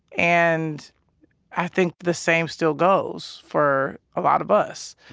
and i think the same still goes for a lot of us.